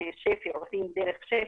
עושים דרך שפ"י.